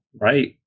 Right